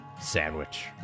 Sandwich